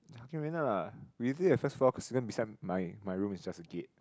okay went up lah when you leave the first floor consider beside my my room is just a gate